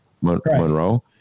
Monroe